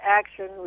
action